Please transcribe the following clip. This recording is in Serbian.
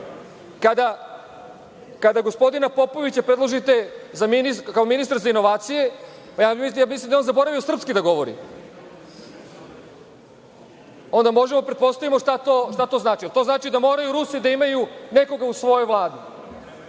gospodina Popovića predložite kao ministra za inovacije, pa ja mislim da je on zaboravio srpski da govori, onda možemo da pretpostavimo šta to znači. Da li to znači da moraju Rusi da imaju nekog svog u Vladi